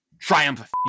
Triumph